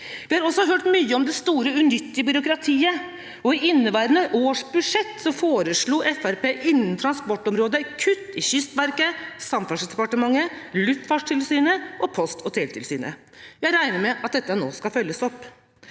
Vi har også hørt mye om det store, unyttige byråkratiet, og i inneværende års budsjett foreslo Fremskrittspartiet innen transportområdet kutt i Kystverket, Samferdselsdepartementet, Luftfartstilsynet og Post- og teletilsynet. Jeg regner med at dette nå skal følges opp.